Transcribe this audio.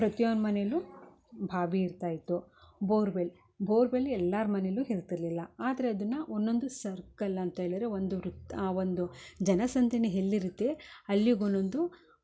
ಪ್ರತಿಯೊಂದು ಮನೆಯಲ್ಲು ಬಾವಿ ಇರ್ತಾ ಇತ್ತು ಬೋರ್ವೆಲ್ ಬೋರ್ವೆಲ್ ಎಲ್ಲಾರ ಮನೆಯಲ್ಲೂ ಇರ್ತಿರ್ಲಿಲ್ಲ ಆದರೆ ಅದನ್ನ ಒಂದೊಂದು ಸರ್ಕಲ್ ಅಂತೇಳಿದರೆ ಒಂದು ವೃತ್ತ ಒಂದು ಜನಸಂದಣಿ ಎಲ್ಲಿ ಇರತ್ತೆ ಅಲ್ಲಿಗೆ ಒಂದೊಂದು